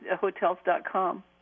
Hotels.com